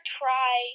try